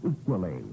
equally